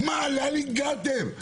לאן הגעתם?